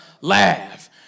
laugh